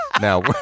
Now